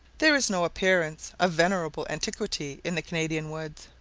there is no appearance of venerable antiquity in the canadian woods.